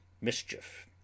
mischief